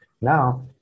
now